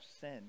sin